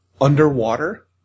underwater